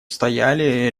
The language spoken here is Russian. стояли